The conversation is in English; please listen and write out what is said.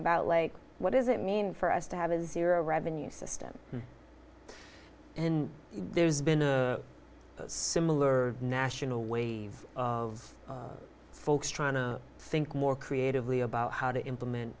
about like what does it mean for us to have a zero revenue system and there's been a similar national wave of folks trying to think more creatively about how to implement